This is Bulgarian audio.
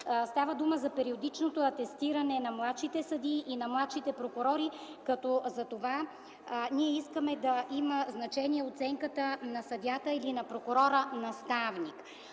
Става дума за периодичното атестиране на младшите съдии и младшите прокурори. Ние искаме да има значение оценката на съдията или на прокурора наставник.